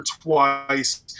twice